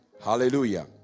Hallelujah